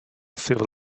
civil